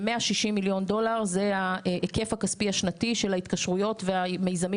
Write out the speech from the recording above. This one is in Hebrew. ו-160 מיליון דולר זה ההיקף הכספי השנתי של ההתקשרויות והמיזמים